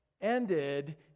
ended